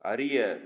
அறிய